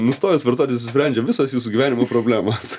nustojus vartoti išsisprendžia visos jūsų gyvenimo problemos